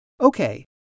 Okay